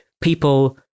people